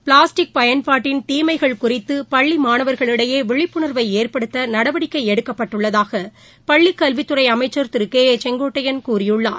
plastic பயன்பாட்டின் தீமைகள் குறித்துபள்ளிமாணவா்களிடையேவிழிப்புணா்வைஏற்படுத்தநடவடிக்கைஎடுக்கப்பட்டுள்ளதாகபள்ளிக் கல்வித்துறைஅமைச்சர் திருகே ஏ செங்கோட்டையன் கூறியுள்ளார்